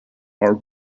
are